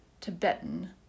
Tibetan